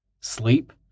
Sleep